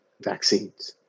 vaccines